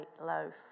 loaf